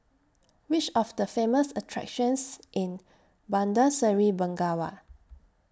Which Are The Famous attractions in Bandar Seri Begawan